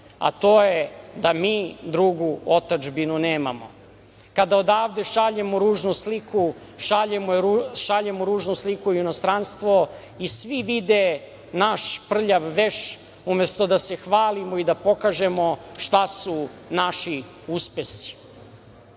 a to je da mi drugu otadžbinu nemamo. Kada odavde šaljemo ružnu sliku, šaljemo ružnu sliku u inostranstvo i svi vide naš prljav veš, umesto da se hvalimo i da pokažemo šta su naši uspesi. Žao